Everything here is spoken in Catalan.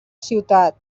ciutat